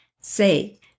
say